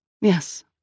Yes